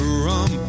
rum